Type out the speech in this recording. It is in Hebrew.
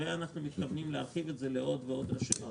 אנחנו מתכוונים להרחיב את זה לעוד ועוד רשויות